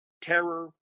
terror